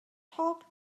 talk